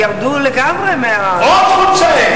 הם ירדו לגמרי מהפסים.